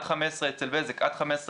אצל בזק עד 15,